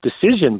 decision